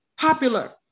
popular